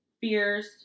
fears